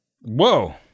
Whoa